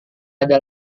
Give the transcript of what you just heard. ada